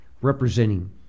representing